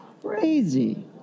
crazy